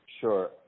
Sure